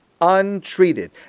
untreated